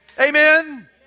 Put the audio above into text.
Amen